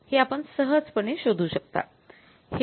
हे आपण सहजपणे शोधू शकता